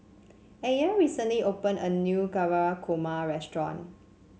Ayden recently opened a new Navratan Korma restaurant